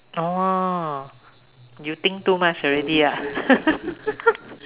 orh you think too much already ah